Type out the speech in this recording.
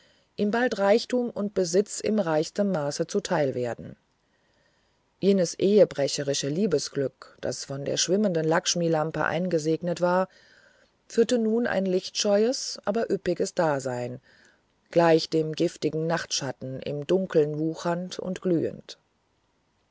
ihm bald reichtum und besitz in reichstem maße zuteil werden jenes ehebrecherische liebesglück das von der schwimmenden lackshmilampe eingesegnet war führte nun ein lichtscheues aber üppiges dasein gleich dem giftigen nachtschatten im dunkeln wuchernd und glühend